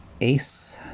ACE